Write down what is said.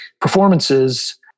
performances